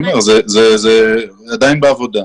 אני אומר שזה עדיין בעבודה.